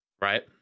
right